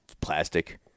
plastic